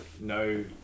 no